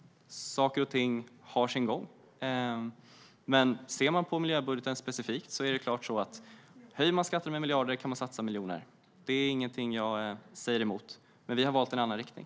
Saker och ting har sin gång. I fråga om miljöbudgeten specifikt är det klart att man kan satsa miljoner om man höjer skatter med miljarder. Det säger jag inte emot. Men vi har valt en annan riktning.